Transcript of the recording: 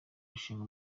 gushinga